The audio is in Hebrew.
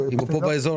אם הוא פה באזור,